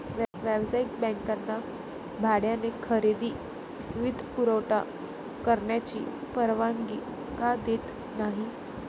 व्यावसायिक बँकांना भाड्याने खरेदी वित्तपुरवठा करण्याची परवानगी का देत नाही